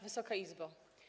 Wysoka Izbo!